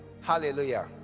hallelujah